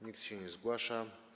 Nikt się nie zgłasza.